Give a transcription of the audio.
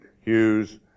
Hughes